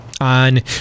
on